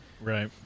Right